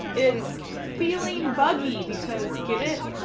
it's. feeling buggy because get it?